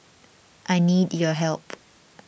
I need your help